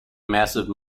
massive